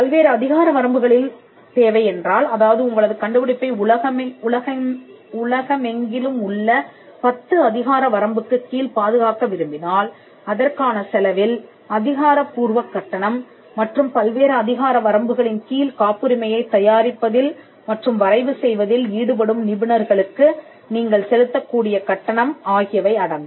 பல்வேறு அதிகார வரம்புகளில் தேவை என்றால் அதாவது உங்களது கண்டுபிடிப்பை உலகமெங்கிலும் உள்ள 10 அதிகார வரம்புக்குக் கீழ் பாதுகாக்க விரும்பினால் அதற்கான செலவில் அதிகாரப்பூர்வ கட்டணம் மற்றும் பல்வேறு அதிகார வரம்புகளின் கீழ் காப்புரிமையைத் தயாரிப்பதில் மற்றும் வரைவு செய்வதில் ஈடுபடும் நிபுணர்களுக்கு நீங்கள் செலுத்தக்கூடிய கட்டணம் ஆகியவை அடங்கும்